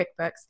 QuickBooks